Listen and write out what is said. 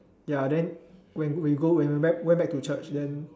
ya then when we go when we went back to church then